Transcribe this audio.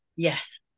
Yes